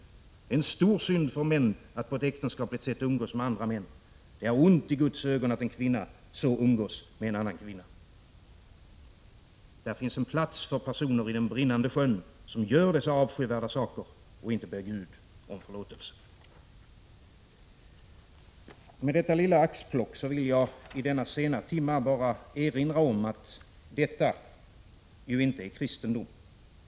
Det är en stor synd för män att på ett äktenskapligt sätt umgås med andra män. Det är ont i Guds ögon att en kvinna så umgås med en annan kvinna. Och det finns plats i Den brinnande sjön för personer som gör dessa avskyvärda saker och inte ber Gud om förlåtelse. Med detta lilla axplock vill jag i denna sena timma bara erinra om att detta ju inte är kristendom.